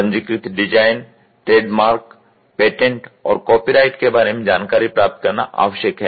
पंजीकृत design trademark patent और copyright के बारे में जानकारी प्राप्त करना आवश्यक है